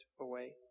away